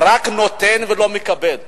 שרק נותן ולא מקבל.